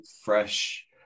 fresh